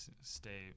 stay